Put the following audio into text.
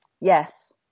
yes